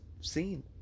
seen